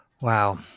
Wow